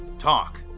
talk.